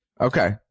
Okay